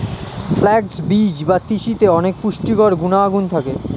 flax বীজ বা তিসিতে অনেক পুষ্টিকর গুণাগুণ থাকে